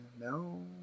no